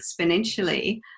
exponentially